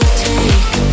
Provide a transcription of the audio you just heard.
take